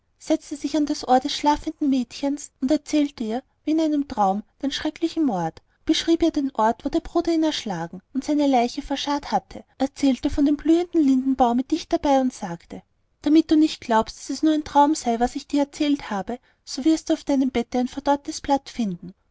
setzte sich an das ohr des schlafenden mädchens und erzählte ihr wie in einem traum den schrecklichen mord beschrieb ihr den ort wo der bruder ihn erschlagen und seine leiche verscharrt hatte erzählte von dem blühenden lindenbaume dicht dabei und sagte damit du nicht glaubst daß es nur ein traum sei was ich dir erzählt habe so wirst du auf deinem bette ein verdorrtes blatt finden